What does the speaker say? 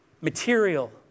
material